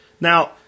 Now